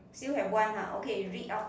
still have one ah okay you read out